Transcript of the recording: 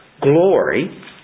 glory